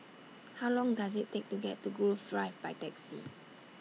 How Long Does IT Take to get to Grove Drive By Taxi